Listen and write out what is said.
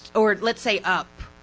or let's say up,